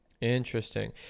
interesting